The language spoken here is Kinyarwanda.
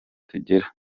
tugira